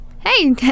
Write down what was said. Hey